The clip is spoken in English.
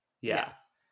Yes